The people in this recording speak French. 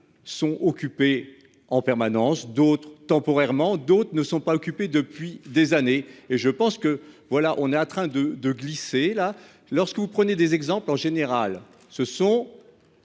Sont occupés en permanence d'autres temporairement d'autres ne sont pas occupés depuis des années et je pense que voilà on est en train de de glisser là lorsque vous prenez des exemples en général ce sont.